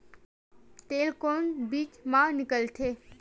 तेल कोन बीज मा निकलथे?